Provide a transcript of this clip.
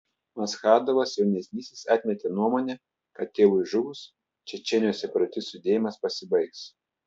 maschadovas jaunesnysis atmetė nuomonę kad tėvui žuvus čečėnijos separatistų judėjimas pasibaigs